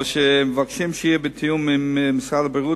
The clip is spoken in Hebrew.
אבל מבקשים תיאום עם משרד הבריאות,